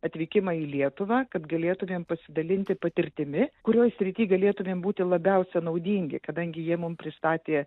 atvykimą į lietuvą kad galėtumėm pasidalinti patirtimi kurioj srity galėtumėm būti labiausia naudingi kadangi jie mum pristatė